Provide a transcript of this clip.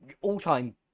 all-time